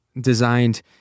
designed